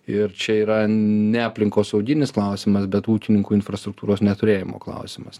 ir čia yra ne aplinkosauginis klausimas bet ūkininkų infrastruktūros neturėjimo klausimas